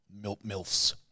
milfs